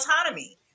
autonomy